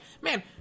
man